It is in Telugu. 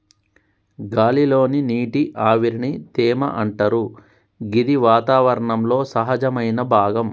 గాలి లోని నీటి ఆవిరిని తేమ అంటరు గిది వాతావరణంలో సహజమైన భాగం